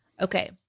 Okay